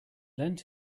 lent